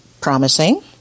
promising